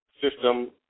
system